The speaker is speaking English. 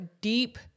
deep